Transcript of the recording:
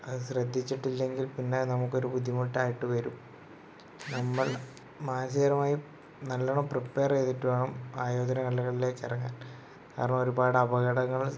അത് ശ്രദ്ധിച്ചിട്ട് ഇല്ലെങ്കിൽ പിന്നെ നമുക്ക് ഒരു ബുദ്ധിമുട്ടായിട്ട് വരും നമ്മൾ മാനസികമായും നല്ലോണം പ്രിപ്പെർ ചെയ്തിട്ട് വേണം ആയോധന കലകളിലേക്ക് ഇറങ്ങാൻ കാരണം ഒരുപാട് അപകടങ്ങൾ